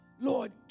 Lord